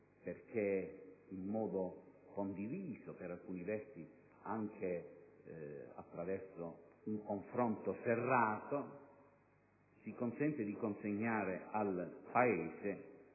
perché in modo condiviso, per alcuni versi anche attraverso un confronto serrato, esso ci permette di consegnare al Paese